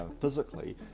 physically